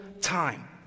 time